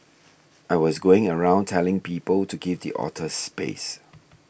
I was going around telling people to give the otters space